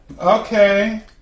okay